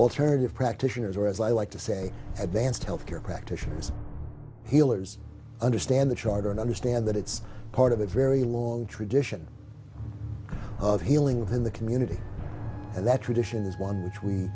alternative practitioners or as i like to say advanced health care practitioners healers understand the charter and understand that it's part of a very long tradition of healing within the community and that tradition is one